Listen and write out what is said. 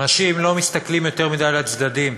אנשים לא מסתכלים יותר מדי לצדדים,